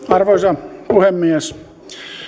arvoisa puhemies